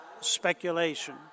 speculation